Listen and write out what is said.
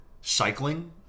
cycling